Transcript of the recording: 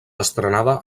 estrenada